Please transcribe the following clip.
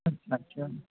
अछा अछा